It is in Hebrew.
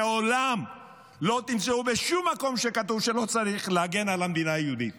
מעולם לא תמצאו בשום מקום שכתוב שלא צריך להגן על המדינה היהודית